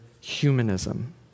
humanism